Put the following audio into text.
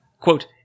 Quote